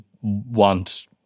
want